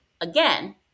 Again